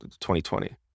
2020